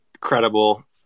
credible